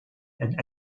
and